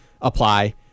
apply